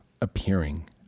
appearing